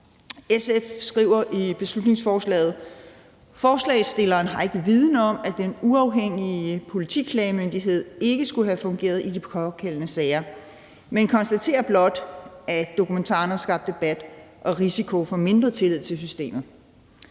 SF skriver i beslutningsforslaget: »Forslagsstilleren har ikke viden om, at Den Uafhængige Politiklagemyndighed ikke skulle have fungeret i de pågældende sager, men konstatere blot, at dokumentaren har skabt debat og risiko for mindre tillid til systemet.«